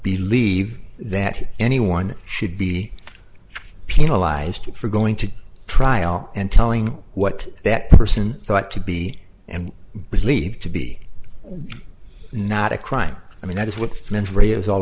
believe that anyone should be penalized for going to trial and telling what that person thought to be and believed to be not a crime i mean that is